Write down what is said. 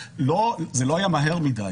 זה לא היה מהר מדי.